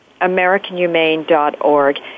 AmericanHumane.org